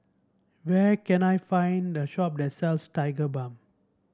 where can I find a shop that sells Tigerbalm